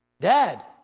Dad